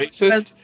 racist